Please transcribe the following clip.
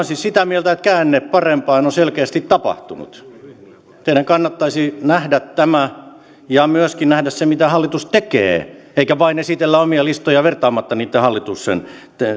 siis sitä mieltä että käänne parempaan on selkeästi tapahtunut teidän kannattaisi nähdä tämä ja myöskin nähdä se mitä hallitus tekee eikä vain esitellä omia listoja vertaamatta niitä hallituksen